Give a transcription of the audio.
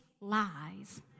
lies